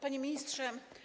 Panie Ministrze!